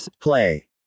Play